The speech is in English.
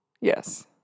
Yes